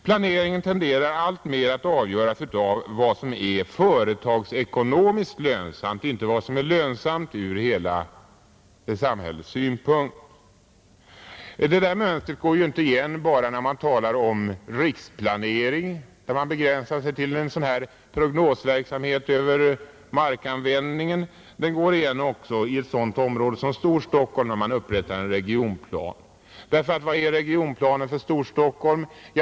Planeringen tenderar alltmer att avgöras av vad som är företagsekonomiskt lönsamt, inte vad som är lönsamt ur hela samhällets synpunkt. Detta mönster går igen inte bara när man talar om riksplanering, där man begränsar sig till en sådan här prognosverksamhet över markanvändningen. Det går igen i ett sådant område som Storstockholm när man upprättar en regionplan. Vad är regionplanen för Storstockholm?